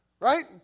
Right